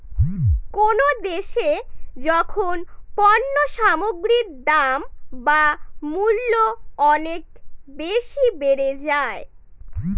কোনো দেশে যখন পণ্য সামগ্রীর দাম বা মূল্য অনেক বেশি বেড়ে যায়